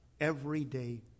everyday